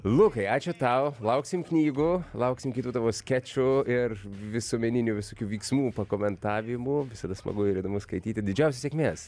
lukai ačiū tau lauksim knygų lauksim kitų tavo skečų ir visuomeninių visokių vyksmų pakomentavimų visada smagu ir įdomu skaityti didžiausios sėkmės